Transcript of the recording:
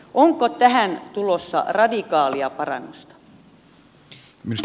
onko tähän tulossa radikaalia parannusta